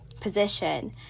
position